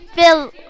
Phil